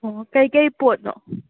ꯑꯣꯑꯣ ꯀꯩꯀꯩ ꯄꯣꯠꯅꯣ